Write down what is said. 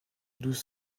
douze